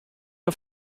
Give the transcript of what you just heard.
auf